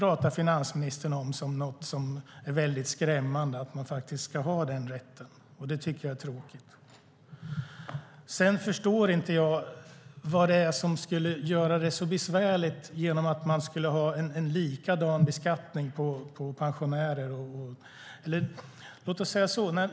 Att man ska ha denna rätt talar finansministern om som något skrämmande, och det är tråkigt.